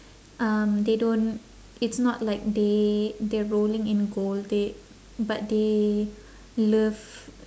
um they don't it's not like they they're rolling in gold they but they love